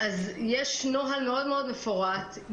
יש נוהל מאוד מאוד מפורט.